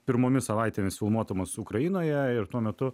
pirmomis savaitėmis filmuodamas ukrainoje ir tuo metu